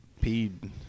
peed